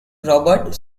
robert